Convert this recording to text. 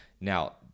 Now